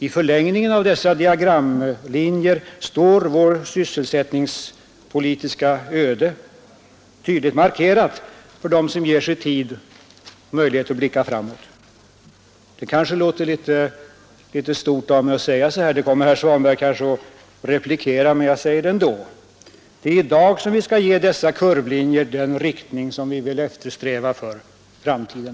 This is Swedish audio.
I förlängningen av dessa diagramlinjer står vårt sysselsättningspolitiska öde tydligt markerat för dem som ger sig tid att blicka framåt. Det kanske låter litet stort av mig att säga så här — och det kommer herr Svanberg möjligen att replikera, men jag säger det ändå. Det är redan i dag som vi skall ge dessa kurvlinjer den riktning som vi vill eftersträva för framtiden.